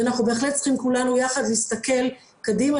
אנחנו בהחלט צריכים כולנו יחד להסתכל קדימה,